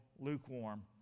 lukewarm